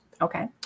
Okay